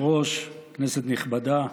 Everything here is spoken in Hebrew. כנסת נכבדה,